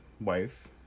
wife